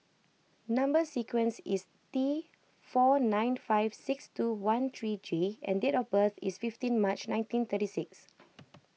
Number Sequence is T four nine five six two one three J and date of birth is fifteen March nineteen and thirty six